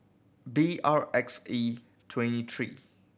B R X E twenty three